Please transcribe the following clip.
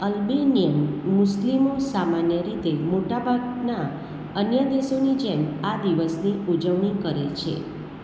Albanian મુસ્લિમો સામાન્ય રીતે મોટાભાગના અન્ય દેશોની જેમ આ દિવસની ઉજવણી કરે છે